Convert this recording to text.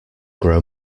grow